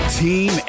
team